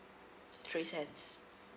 three cents